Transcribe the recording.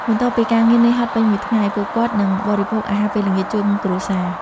បន្ទាប់ពីការងារនឿយហត់ពេញមួយថ្ងៃ ពួកគាត់នឹងបរិភោគអាហារពេលល្ងាចជុំគ្រួសារ។